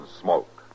smoke